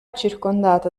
circondata